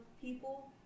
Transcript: people